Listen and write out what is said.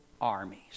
armies